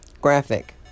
Graphic